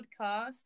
podcast